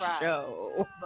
show